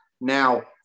Now